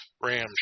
ram